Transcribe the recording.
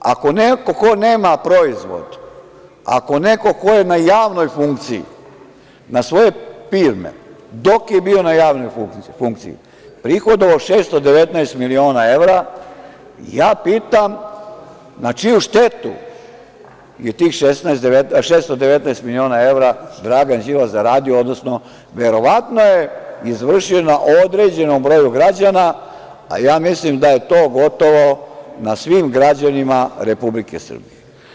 Ako neko ko nema proizvod, ako neko ko je na javnoj funkciji na svoje firme dok je bio na javnoj funkciji je prihodovao 619 miliona evra, ja pitam – na čiju štetu je 619 miliona evra Dragan Đilas zaradio, odnosno verovatno je izvršio na određenom broju građana, a ja mislim da je to gotovo na svim građanima Republike Srbije.